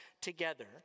together